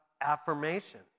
affirmation